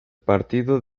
partido